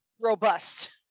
robust